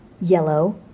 yellow